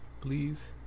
Please